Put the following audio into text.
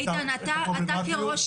איתן, אתה כראש